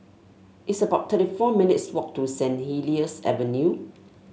it's about thirty four minutes' walk to Saint Helier's Avenue